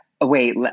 wait